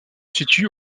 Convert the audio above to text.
situe